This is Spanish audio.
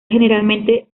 generalmente